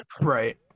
Right